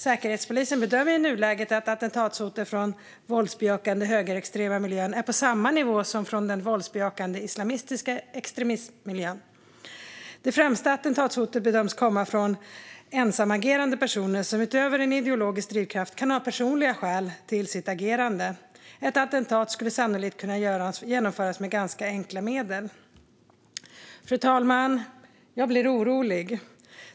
Säkerhetspolisen bedömer i nuläget att attentatshotet från den våldsbejakande högerextrema miljön är på samma nivå som hotet från den våldsbejakande islamistiska extremistmiljön. Det främsta attentatshotet bedöms komma från ensamagerande personer som utöver en ideologisk drivkraft kan ha personliga skäl till sitt agerande. Ett attentat skulle sannolikt genomföras med ganska enkla medel. Fru talman! Jag blir orolig.